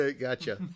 Gotcha